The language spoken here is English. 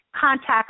contact